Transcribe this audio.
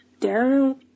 Daryl